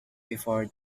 before